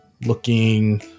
looking